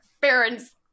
Barons